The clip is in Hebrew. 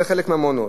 זה חלק מהמעונות.